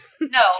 No